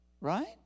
Right